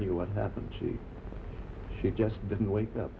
knew what happened she just didn't wake up